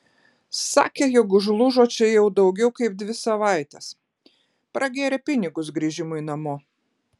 sakė jog užlūžo čia jau daugiau kaip dvi savaites pragėrė pinigus grįžimui namo